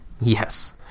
Yes